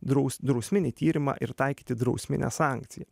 draus drausminį tyrimą ir taikyti drausminę sankciją